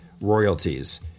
royalties